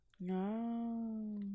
No